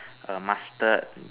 err mustard